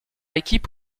équipe